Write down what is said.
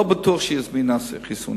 לא בטוח שהיא הזמינה חיסונים,